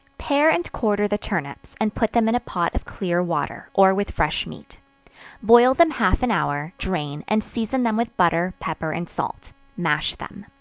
pare and quarter the turnips, and put them in a pot of clear water, or with fresh meat boil them half an hour drain, and season them with butter, pepper and salt mash them.